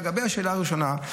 לגבי השאלה הראשונה,